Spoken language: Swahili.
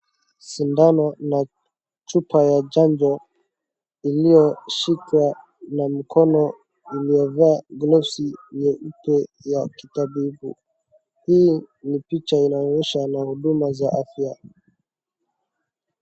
Sindano na chupa ya chanjo iliyoshikwa na mkono uliyovaa gloves nyeupe ya kitabibu. Hii ni picha inaonyesha na huduma za afya.